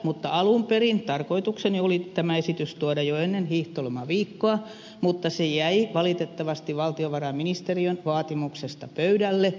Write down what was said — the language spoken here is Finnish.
alun perin tarkoitukseni oli tämä esitys tuoda jo ennen hiihtolomaviikkoa mutta se jäi valitettavasti valtiovarainministeriön vaatimuksesta pöydälle